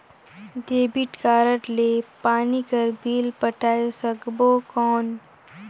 Debit card ले पानी कर बिल पटाय सकबो कौन?